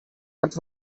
but